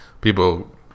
People